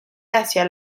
hacia